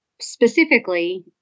Specifically